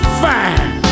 fine